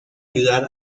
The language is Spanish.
ayudar